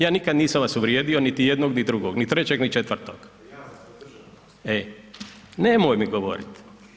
Ja nikada nisam vas uvrijedio niti jednog ni drugog, ni trećeg, ni četvrtog. … [[Upadica se ne razumije.]] Nemojte mi govoriti.